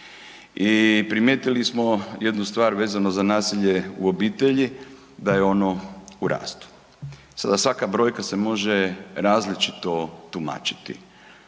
i primijetili smo jednu stvar vezano za nasilje u obitelji da je ono u rastu. Sada svaka brojka se može različito tumačiti,